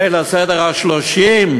ליל הסדר ה-30,